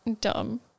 Dumb